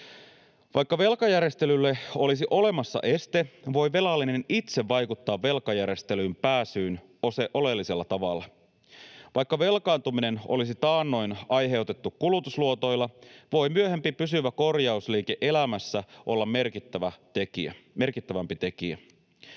Vaikka velkajärjestelylle olisi olemassa este, voi velallinen itse vaikuttaa velkajärjestelyyn pääsyyn oleellisella tavalla. Vaikka velkaantuminen olisi taannoin aiheutettu kulutusluotoilla, voi myöhempi pysyvä korjausliike elämässä olla merkittävämpi tekijä.